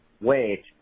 Wait